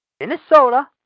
Minnesota